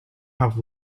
have